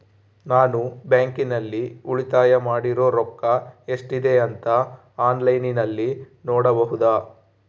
ನಾನು ಬ್ಯಾಂಕಿನಲ್ಲಿ ಉಳಿತಾಯ ಮಾಡಿರೋ ರೊಕ್ಕ ಎಷ್ಟಿದೆ ಅಂತಾ ಆನ್ಲೈನಿನಲ್ಲಿ ನೋಡಬಹುದಾ?